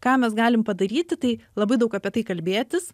ką mes galim padaryti tai labai daug apie tai kalbėtis